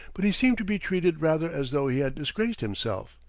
but he seemed to be treated rather as though he had disgraced himself,